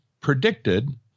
predicted